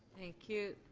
thank you.